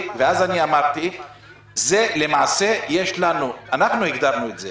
אנחנו הגדרנו את זה